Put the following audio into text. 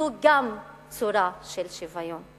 זו גם צורה של שוויון,